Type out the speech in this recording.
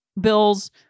bills